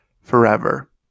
forever